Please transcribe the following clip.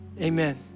Amen